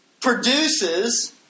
produces